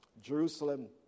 Jerusalem